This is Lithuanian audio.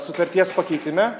sutarties pakeitime